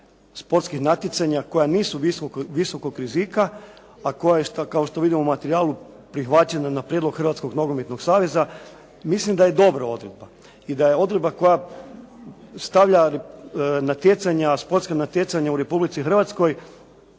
sportskih natjecanja koja nisu visokog rizika a koja je kao što vidimo u materijalu prihvaćena na prijedlog Hrvatskog novinarskog saveza mislim da je dobra odredba i da je odredba koja stavlja natjecanja, sportska natjecanja u Republici Hrvatskoj